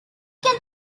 can